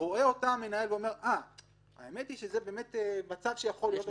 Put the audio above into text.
ורואה אותה מנהל ואומר: האמת שזה מצב שיכול להיות -- יש נימוקים.